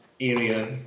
area